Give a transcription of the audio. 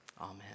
Amen